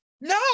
No